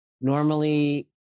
normally